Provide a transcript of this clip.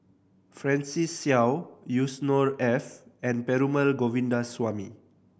Francis Seow Yusnor Ef and Perumal Govindaswamy